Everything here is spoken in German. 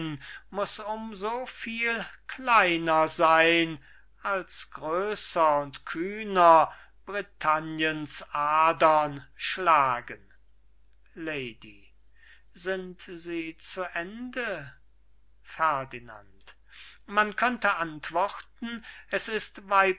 so viel kleiner sein als größer und kühner britanniens adern schlagen lady sind sie zu ende ferdinand man könnte antworten es ist